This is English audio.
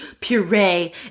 puree